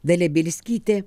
dalia bielskytė